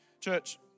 Church